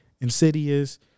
insidious